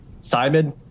Simon